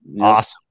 Awesome